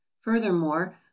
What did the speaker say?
furthermore